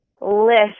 list